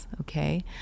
okay